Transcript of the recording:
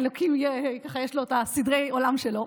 האלוקים, יש לו את סדרי העולם שלו.